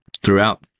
throughout